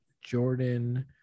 Jordan